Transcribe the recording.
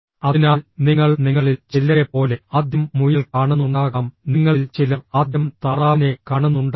അതിനാൽ നിങ്ങൾ നിങ്ങളിൽ ചിലരെപ്പോലെ ആദ്യം മുയൽ കാണുന്നുണ്ടാകാം നിങ്ങളിൽ ചിലർ ആദ്യം താറാവിനെ കാണുന്നുണ്ടാകാം